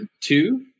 two